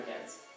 kids